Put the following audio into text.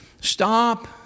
Stop